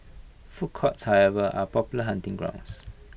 food courts however are popular hunting grounds